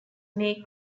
may